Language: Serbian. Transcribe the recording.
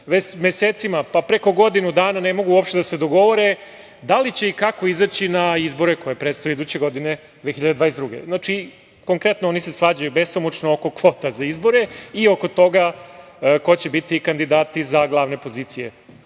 mesecima, pa preko godinu dana ne mogu uopšte da se dogovore, da li će i kako izaći na izbor koji predstoje iduće godine 2022. Znači, konkretno, oni se svađaju besomučno oko kvota za izbore i oko toga ko će biti kandidati za glavne pozicije,